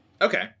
Okay